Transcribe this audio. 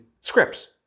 scripts